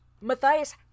Matthias